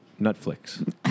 Netflix